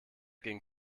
ging